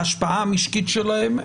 ההשפעה המשקית שלהם.